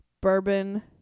bourbon